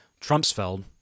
Trumpsfeld